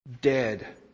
Dead